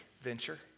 venture